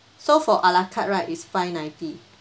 so for ala carte right it's five ninety